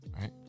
right